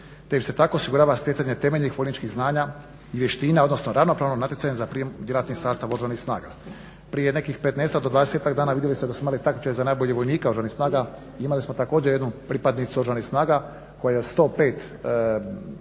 im se tako osigurava stjecanje temeljnih vojničkih znanja i vještina, odnosno ravnopravno natjecanje za prijem u djelatni sastav Oružanih snaga. Prije nekih 15-tak dio 20-tak dana vidjeli ste da smo imali takmičenje za najboljeg vojnika Oružanih snaga i imali smo također jednu pripadnicu Oružanih snaga koja od 105